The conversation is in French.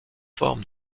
forme